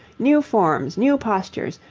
new forms, new postures,